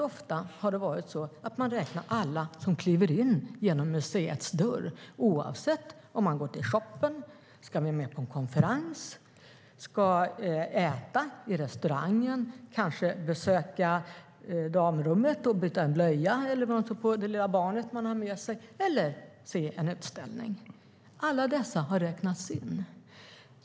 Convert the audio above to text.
Ofta är det alla som kliver in genom museets dörr, oavsett om de går till shopen, ska gå på en konferens, ska äta i restaurangen, kanske besöka damrummet och byta blöja på det lilla barnet eller se en utställning. Alla dessa har räknats in.